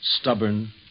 stubborn